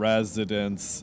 Residents